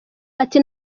ati